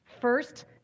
first